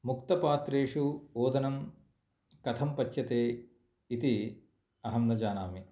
मुक्तपात्रेषु ओदनं कथं पच्यते इति अहं न जानामि